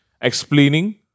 explaining